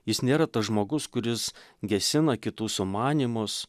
jis nėra tas žmogus kuris gesina kitų sumanymus